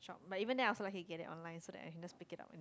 but even then I also like can get it online so that I can just pick it up